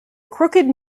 crooked